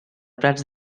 prats